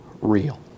real